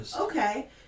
Okay